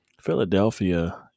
Philadelphia